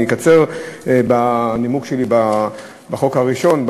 אני אקצר בנימוק שלי בחוק הראשון,